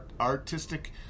artistic